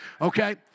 Okay